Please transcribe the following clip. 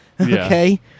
Okay